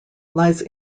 lies